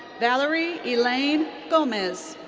valerie elaine gomez.